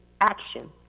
action